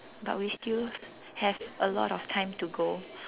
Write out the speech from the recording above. but we still have a lot of time to go